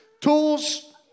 tools